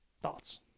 Thoughts